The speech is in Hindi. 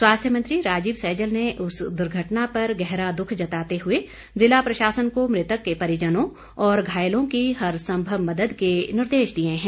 स्वास्थ्य मंत्री राजीव सैजल ने इस दुर्घटना पर गहरा दुख जताते हुए ज़िला प्रशासन को मृतक के परिजनों और घायलों की हर संभव मदद के निर्देश दिए हैं